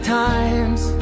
times